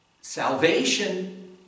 salvation